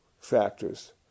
factors